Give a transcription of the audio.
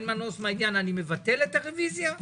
אין מנוס מהעניין, אני מבטל את הרביזיה.